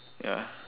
ya